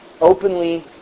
openly